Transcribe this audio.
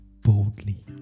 boldly